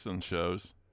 shows